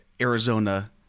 Arizona